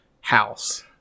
house